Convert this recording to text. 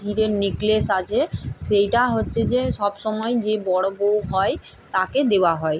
হিরের necklace আছে সেইটা হচ্ছে যে সব সময় যে বড় বউ হয় তাকে দেওয়া হয়